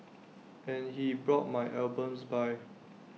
and he brought my albums by